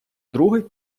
другий